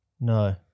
No